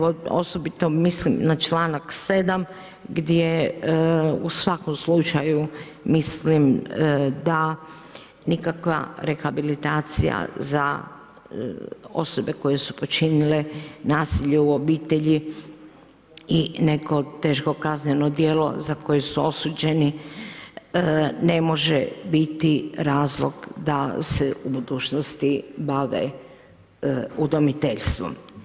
Osobito mislim na članak 7. gdje u svakom slučaju mislim da nikakva rehabilitacija za osobe koje su počinile nasilje u obitelji i neko teško kazneno djelo za koje su osuđeni ne može biti razlog da se u budućnosti bave udomiteljstvom.